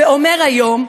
ואומר היום,